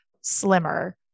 slimmer